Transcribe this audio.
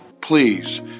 Please